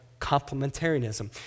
complementarianism